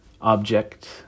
object